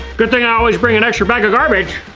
good thing i always bring an extra bag of garbage.